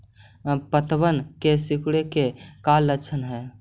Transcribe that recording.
पत्तबन के सिकुड़े के का लक्षण हई?